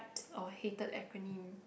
or hated acronym